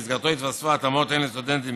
שבמסגרתן יתווספו התאמות הן לסטודנטים